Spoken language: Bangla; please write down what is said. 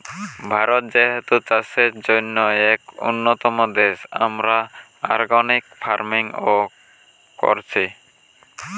ভারত যেহেতু চাষের জন্যে এক উন্নতম দেশ, আমরা অর্গানিক ফার্মিং ও কোরছি